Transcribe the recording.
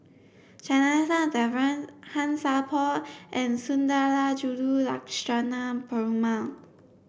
Janadas Devan Han Sai Por and Sundarajulu Lakshmana Perumal